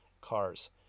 cars